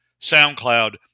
SoundCloud